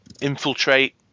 Infiltrate